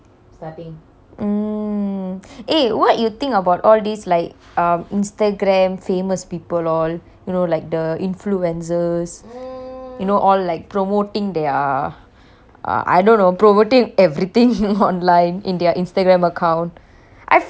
mm eh what you think about all these like instagram um famous people all you know like the influencers you know all like promoting their I don't know promoting everything online in their instagram account I feel right